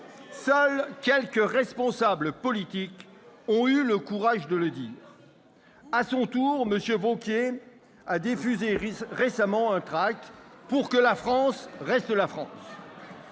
seuls quelques responsables politiques ont eu le courage de le dire. À son tour, M. Wauquiez a diffusé un tract :« Pour que la France reste la France